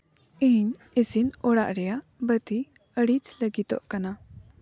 ᱤᱧ ᱤᱥᱤᱱ ᱚᱲᱟᱜ ᱨᱮᱭᱟᱜ ᱵᱟᱹᱛᱤ ᱤᱬᱤᱡ ᱞᱟᱹᱜᱤᱫᱚᱜ ᱠᱟᱱᱟ